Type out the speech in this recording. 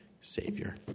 Savior